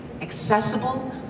accessible